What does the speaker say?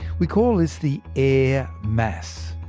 we call this the air mass.